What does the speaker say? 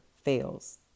fails